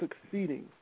succeeding